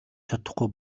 чадахгүй